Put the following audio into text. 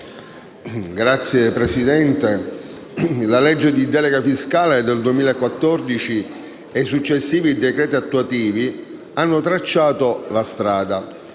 colleghi, la legge di delega fiscale del 2014 e i successivi decreti attuativi hanno tracciato la strada.